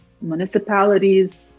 municipalities